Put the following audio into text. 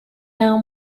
now